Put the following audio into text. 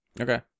Okay